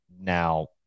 Now